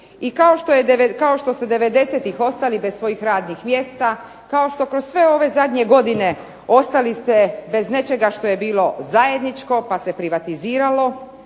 I kao što ste 90-ih ostali bez svojih radnih mjesta, kao što kroz sve ove zadnje godine ostali ste bez nečega što je bilo zajedničko pa se privatiziralo,